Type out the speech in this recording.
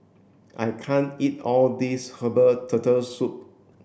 I can't eat all this herbal turtle soup